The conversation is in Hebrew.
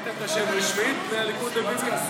אתם שיניתם את השם רשמית מהליכוד לביבי?